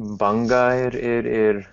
bangą ir ir ir